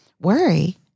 Worry